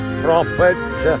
prophet